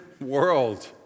world